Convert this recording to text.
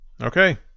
Okay